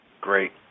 Great